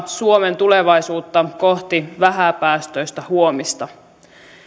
suomen tulevaisuutta kohti vähäpäästöistä huomista